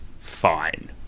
fine